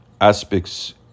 aspects